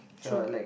true